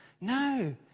No